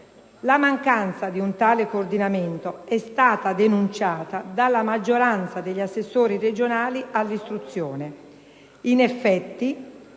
La mancanza di un tale coordinamento è stata denunciata dalla maggioranza degli assessori regionali all'istruzione.